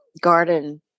garden